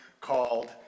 called